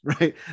right